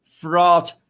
fraud